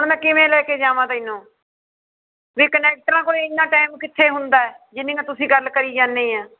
ਹੁਣ ਮੈਂ ਕਿਵੇਂ ਲੈ ਕੇ ਜਾਵਾਂ ਤੈਨੂੰ ਵੀ ਕਨਡਕਟਰਾਂ ਕੋਲ ਇੰਨਾ ਟੈਮ ਕਿੱਥੇ ਹੁੰਦਾ ਜਿੰਨੀਆਂ ਤੁਸੀਂ ਗੱਲ ਕਰੀ ਜਾਂਦੇ ਹਾਂ